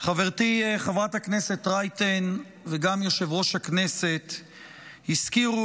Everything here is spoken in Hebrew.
חברתי חברת הכנסת רייטן וגם יושב-ראש הכנסת הזכירו